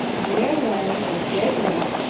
there lay a dead rat,